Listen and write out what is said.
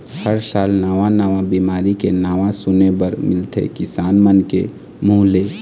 हर साल नवा नवा बिमारी के नांव सुने बर मिलथे किसान मन के मुंह ले